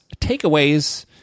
takeaways